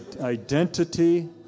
identity